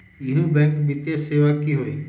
इहु बैंक वित्तीय सेवा की होई?